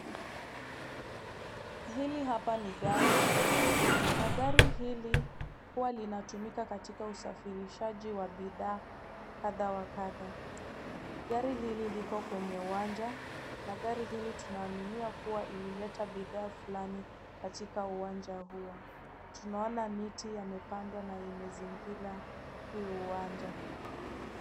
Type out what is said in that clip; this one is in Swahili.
Hili hapa ni gari na gari hili huwa linatumika katika usafirishaji wa bidhaa kadha wa kadha. Gari hili liko kwenye uwanja na gari hili tunaaminia kuwa ilileta bidhaa fulani katika uwanja huo. Tunaona miti yamepandwa na yamezingira huu uwanja.